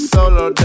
Solo